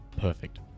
Perfect